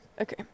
Okay